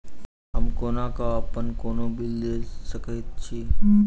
हम कोना कऽ अप्पन कोनो बिल देख सकैत छी?